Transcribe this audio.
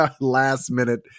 last-minute